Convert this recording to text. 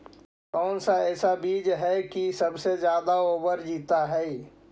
कौन सा ऐसा बीज है की सबसे ज्यादा ओवर जीता है?